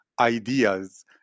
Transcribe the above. ideas